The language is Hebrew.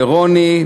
לרוני,